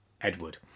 Edward